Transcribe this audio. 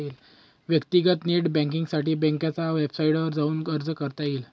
व्यक्तीगत नेट बँकींगसाठी बँकेच्या वेबसाईटवर जाऊन अर्ज करता येईल